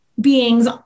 beings